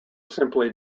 simply